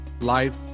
life